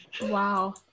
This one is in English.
Wow